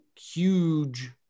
huge